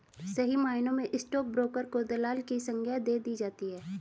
सही मायनों में स्टाक ब्रोकर को दलाल की संग्या दे दी जाती है